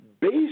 based